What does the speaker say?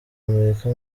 amerika